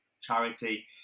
charity